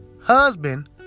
husband